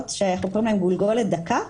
שאנחנו קוראים להם "גולגולת דקה",